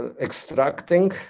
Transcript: extracting